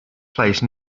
place